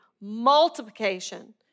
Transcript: multiplication